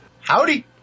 Howdy